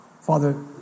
Father